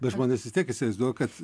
bet žmonės vis tiek įsivaizduoja kad